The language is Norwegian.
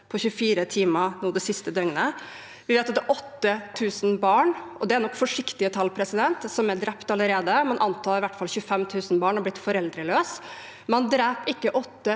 på 24 timer nå det siste døgnet. Det betyr at det er 8 000 barn – og dette er nok forsiktige tall – som er drept allerede. Man antar i hvert fall at 25 000 barn har blitt foreldreløse. Man dreper ikke 8 000 barn